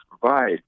provide